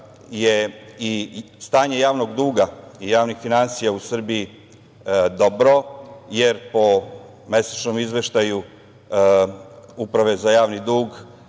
je i stanje javnog duga i javnih finansija u Srbiji dobro, jer po mesečnom izveštaju Uprave za javni dug